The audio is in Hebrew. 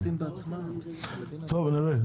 טוב נראה,